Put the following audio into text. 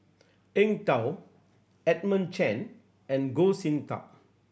Eng Tow Edmund Chen and Goh Sin Tub